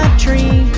tree.